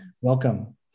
welcome